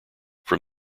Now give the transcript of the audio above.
from